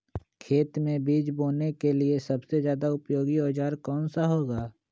खेत मै बीज बोने के लिए सबसे ज्यादा उपयोगी औजार कौन सा होगा?